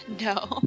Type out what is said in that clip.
no